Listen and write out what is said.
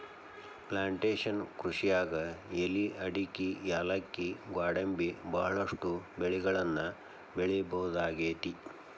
plantation ಕೃಷಿಯಾಗ್ ಎಲಿ ಅಡಕಿ ಯಾಲಕ್ಕಿ ಗ್ವಾಡಂಬಿ ಬಹಳಷ್ಟು ಬೆಳಿಗಳನ್ನ ಬೆಳಿಬಹುದಾಗೇತಿ